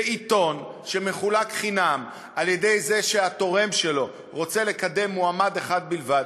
ועיתון שמחולק חינם על-ידי זה שהתורם שלו רוצה לקדם מועמד אחד בלבד,